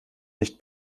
nicht